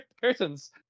curtains